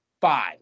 five